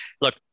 look